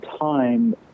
time